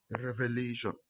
revelation